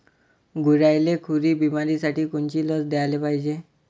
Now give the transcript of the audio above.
गुरांइले खुरी बिमारीसाठी कोनची लस द्याले पायजे?